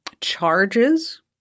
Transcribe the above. Charges